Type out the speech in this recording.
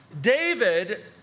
David